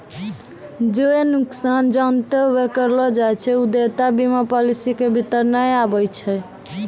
जे नुकसान जानते हुये करलो जाय छै उ देयता बीमा पालिसी के भीतर नै आबै छै